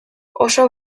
oso